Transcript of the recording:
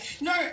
No